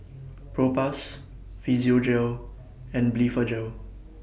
Propass Physiogel and Blephagel